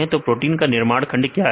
तो प्रोटीन का निर्माण खंड क्या है